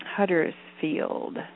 Huddersfield